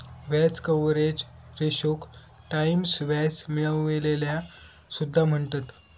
व्याज कव्हरेज रेशोक टाईम्स व्याज मिळविलेला सुद्धा म्हणतत